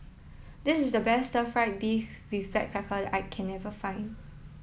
this is the best Stir Fry Beef With Black Pepper I can never find